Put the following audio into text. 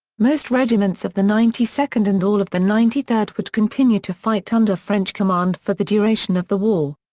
most regiments of the ninety second and all of the ninety third would continue to fight under french command for the duration of the war.